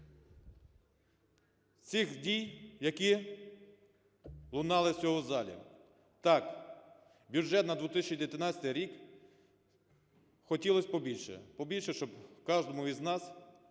цих дій, які лунали в залі. Так, бюджет на 2019-й рік хотілося побільше, побільше, щоб кожному із нас